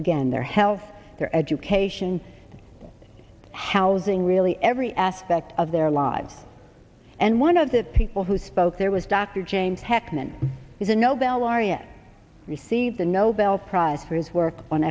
again their health their education housing really every aspect of their lives and one of the people who spoke there was dr james heckman is a nobel laureate received the nobel prize for his work on